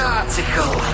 article